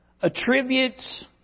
attributes